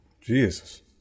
Jesus